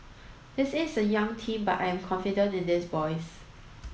this is a young team but I am confident in these boys